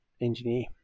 engineer